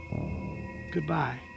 Goodbye